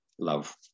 love